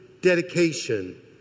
dedication